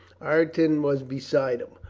ireton was be side him,